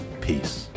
Peace